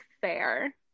fair